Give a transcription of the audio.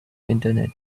internet